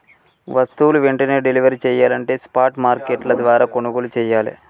వస్తువులు వెంటనే డెలివరీ చెయ్యాలంటే స్పాట్ మార్కెట్ల ద్వారా కొనుగోలు చెయ్యాలే